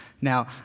now